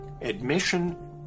admission